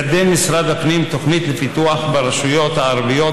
מקדם משרד הפנים תוכנית לפיתוח ברשויות הערביות